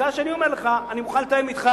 בעיקר כשאני אומר לך שאני מוכן לתאם אתך